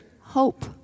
hope